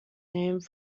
named